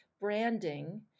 branding